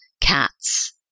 Cats